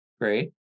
Great